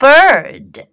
Bird